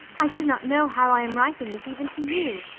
i do not know how i am writing this even to you.